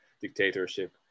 dictatorship